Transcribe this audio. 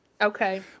Okay